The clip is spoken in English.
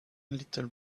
little